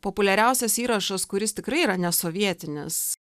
populiariausias įrašas kuris tikrai yra nesovietinis